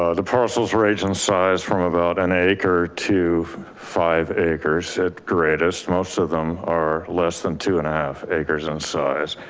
ah the parcels are agent size from about an acre to five acres at greatest, most of them are less than two and a half acres in size.